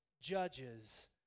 judges